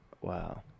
Wow